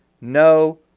no